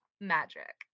magic